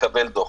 יקבלו דוח.